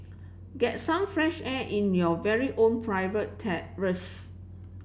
get some fresh air in your very own private terrace